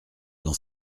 dans